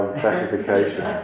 classification